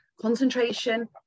concentration